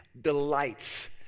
delights